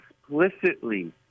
explicitly